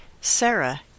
Sarah